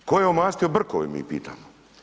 Tko je omastio brkove, mi pitamo.